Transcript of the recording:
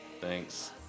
Thanks